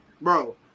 Bro